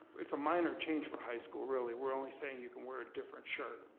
it's a minor change for high school, really. we're only saying you can wear a different shirt,